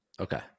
Okay